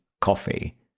coffee